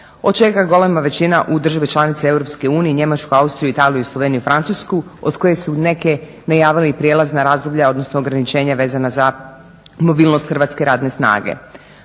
od čega je golema većina u države članice EU i Njemačku, Italiju, Austriju, Francusku, Sloveniju od koje su neke najavile i prijelazna razdoblja odnosno ograničenje vezana za mobilnost hrvatske radne snage.